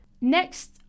Next